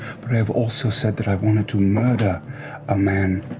but i have also said that i wanted to murder a man.